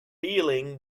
dealing